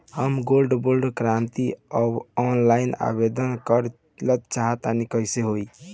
हम gold bond करंति offline आवेदन करल चाह तनि कइसे होई?